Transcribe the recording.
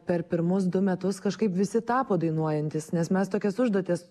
per pirmus du metus kažkaip visi tapo dainuojantys nes mes tokias užduotis